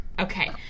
Okay